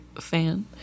fan